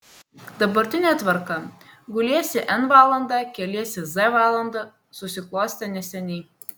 dabartinė tvarka guliesi n valandą keliesi z valandą susiklostė neseniai